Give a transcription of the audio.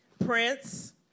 Prince